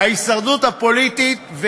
ההישרדות הפוליטית?